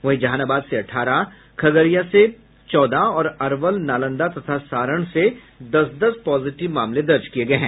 वहीं जहानाबाद से अठारह खगड़िया से चौदह और अरवल नालंदा तथा सारण से दस दस पॉजिटिव मामले दर्ज किये गये हैं